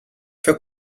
فکر